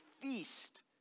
feast